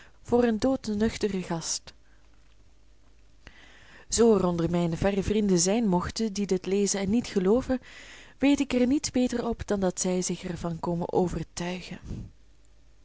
voor een doodnuchteren gast zoo er onder mijne verre vrienden zijn mochten die dit lezen en niet gelooven weet ik er niet beter op dan dat zij er zich van komen overtuigen